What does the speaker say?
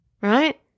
right